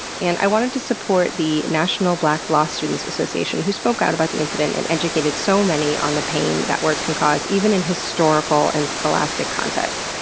and i wanted to support the national black law students association, who spoke out about the incident and educated so many on the pain that words can cause even in historical and scholastic contexts.